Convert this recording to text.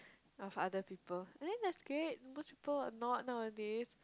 of other people I think that's great msot people are not nowadays